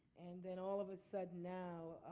and then all of a sudden now,